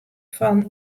fan